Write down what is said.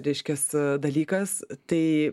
reiškias dalykas tai